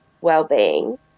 well-being